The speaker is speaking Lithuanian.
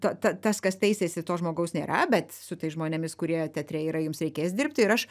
ta ta tas kas teisiasi to žmogaus nėra bet su tais žmonėmis kurie teatre yra jums reikės dirbti ir aš